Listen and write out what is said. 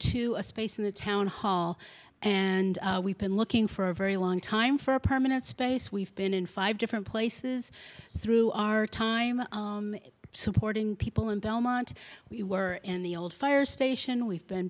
to a space in the town hall and we've been looking for a very long time for a permanent space we've been in five different places through our time supporting people in belmont we were in the old fire station we've been